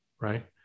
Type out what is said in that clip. Right